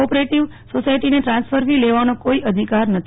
ઓપ સોસાયટીને transfer fee લેવાનો અધિકાર નથી